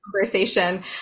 conversation